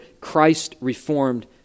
Christ-reformed